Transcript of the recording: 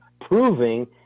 proving